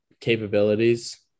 capabilities